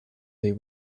they